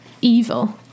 evil